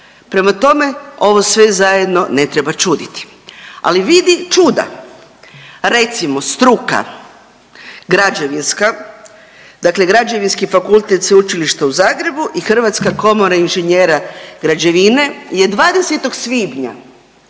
Prema tome, ovo sve zajedno ne treba čuditi. Ali vidi čuda, recimo struka građevinska, dakle Građevinski fakultet Sveučilišta u Zagrebu i Hrvatska komora inženjera građevine je 20. svibnja